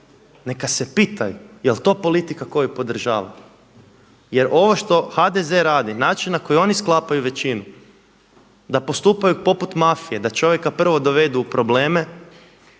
neka se pitaju jeli to politika koju podržavaju jer ovo što HDZ radi, način na koji oni sklapaju većinu da postupaju poput mafije, da čovjeka prvog dovedu u probleme,